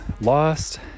lost